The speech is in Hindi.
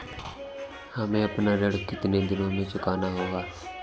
हमें अपना ऋण कितनी दिनों में चुकाना होगा?